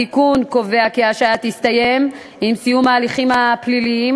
התיקון קובע כי ההשעיה תסתיים עם סיום ההליכים הפליליים,